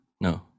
No